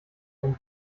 einen